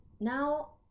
now